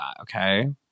okay